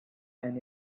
and